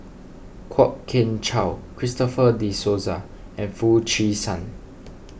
Kwok Kian Chow Christopher De Souza and Foo Chee San